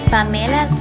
Pamela